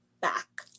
back